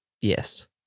yes